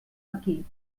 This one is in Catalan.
aquí